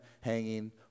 hanging